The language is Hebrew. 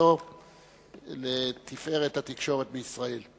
במשרדו לתפארת התקשורת בישראל.